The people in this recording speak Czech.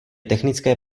technické